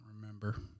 remember